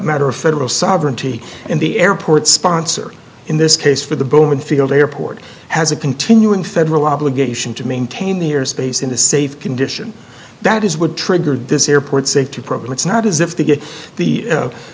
matter of federal sovereignty and the airport sponsor in this case for the bowman field airport has a continuing federal obligation to maintain the airspace in a safe condition that is what triggered this airport safety program it's not as if they get the